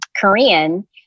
Korean